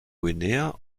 guinea